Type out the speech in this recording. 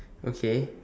okay